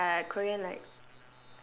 !aiya! korean like